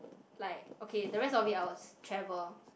like okay the rest of it I will travel